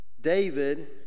David